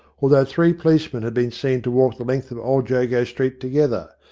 although three policemen had been seen to walk the length of old jago street together,